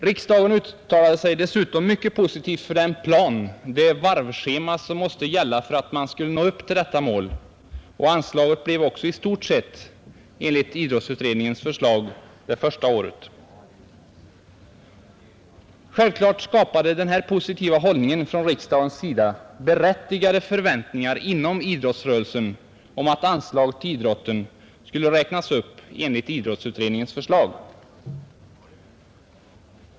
Riksdagen uttalade sig dessutom mycket positivt för den plan, det varvschema, som måste gälla för att man skulle nå upp till detta mål, och anslaget blev också i stort sett enligt idrottsutredningens förslag första året. Självklart skapade denna positiva hållning från riksdagens sida berättigade förväntningar inom idrottsrörelsen om att anslaget till idrotten skulle räknas upp enligt idrottsutredningens förslag.